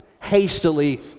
hastily